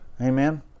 Amen